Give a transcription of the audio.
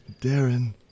Darren